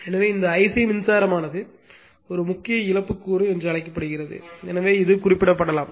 எனவே இந்த Ic மின்சாரமானது ஒரு முக்கிய இழப்பு கூறு என்று அழைக்கப்படுகிறது எனவே இது குறிப்பிடப்படலாம்